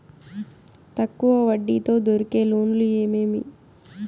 తక్కువ వడ్డీ తో దొరికే లోన్లు ఏమేమి